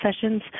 sessions